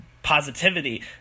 positivity